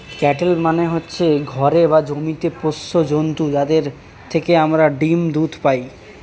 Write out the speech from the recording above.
cattle মানে হচ্ছে ঘরে বা জমিতে পোষ্য জন্তু যাদের থেকে আমরা ডিম, দুধ পাই